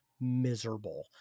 miserable